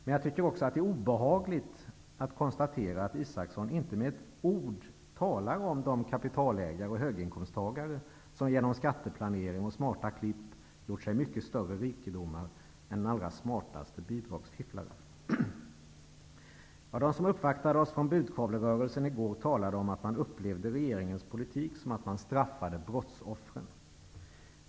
Men jag tycker att det är obehagligt att konstatera att inte Isaksson med ett ord nämner de kapitalägare och höginkomsttagare, som genom skatteplanering och smarta klipp har gjort sig mycket större rikedomar än de allra smartaste bidragsfifflarna. De som uppvaktade oss från budkavlerörelsen i går talade om att man upplevde regeringens politik som att man straffade brottsoffren.